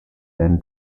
then